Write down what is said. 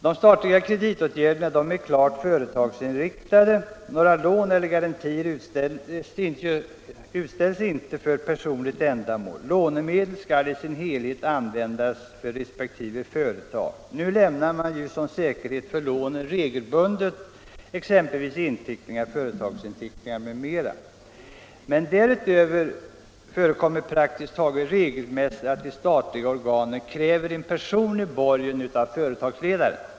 De statliga kreditåtgärderna är klart företagsinriktade. Några lån eller garantier utställs inte för personligt ändamål. Lånemedel skall i sin helhet användas för resp. företag. Nu lämnar man ju som säkerhet för lånen regelbundet företagsinteckningar m.m. Men därutöver förekommer praktiskt taget regelmässigt att de statliga organen kräver en personlig borgen av företagsledaren.